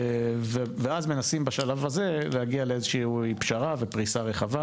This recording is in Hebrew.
ואז מנסים בשלב הזה להגיע לאיזושהי פשרה ופריסה רחבה.